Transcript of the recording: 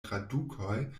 tradukoj